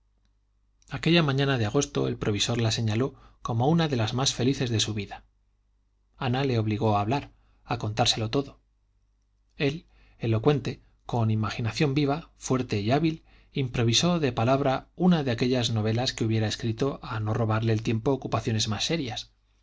aquella mañana de agosto el provisor la señaló como una de las más felices de su vida ana le obligó a hablar a contárselo todo él elocuente con imaginación viva fuerte y hábil improvisó de palabra una de aquellas novelas que hubiera escrito a no robarle el tiempo ocupaciones más serias